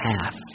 Half